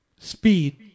speed